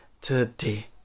today